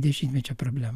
dešimtmečio problema